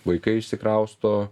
vaikai išsikrausto